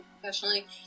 professionally